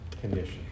condition